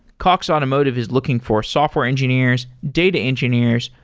cox automotive is looking for software engineers, data engineers,